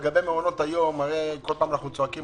לגבי מעונות היום אנחנו כל הזמן צועקים